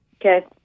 Okay